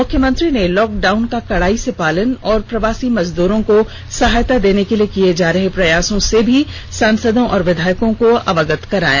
मुख्यमंत्री ने लॉकडाउन का कड़ाइ से पालन और प्रवासी मजदूरों को सहायता देने के लिए किये जा रहे प्रयासों से भी सांसदों और विधायको को अवगत कराया